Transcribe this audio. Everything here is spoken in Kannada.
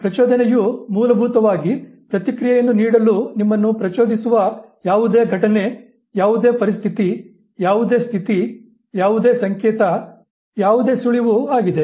ಈಗ ಪ್ರಚೋದನೆಯು ಮೂಲಭೂತವಾಗಿ ಪ್ರತಿಕ್ರಿಯೆಯನ್ನು ನೀಡಲು ನಿಮ್ಮನ್ನು ಪ್ರಚೋದಿಸುವ ಯಾವುದೇ ಘಟನೆ ಯಾವುದೇ ಪರಿಸ್ಥಿತಿ ಯಾವುದೇ ಸ್ಥಿತಿ ಯಾವುದೇ ಸಂಕೇತ ಯಾವುದೇ ಸುಳಿವು ಆಗಿದೆ